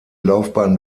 laufbahn